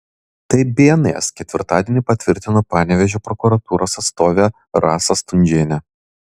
tai bns ketvirtadienį patvirtino panevėžio prokuratūros atstovė rasa stundžienė